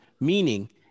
Meaning